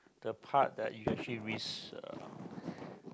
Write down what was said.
the part that you actually risk uh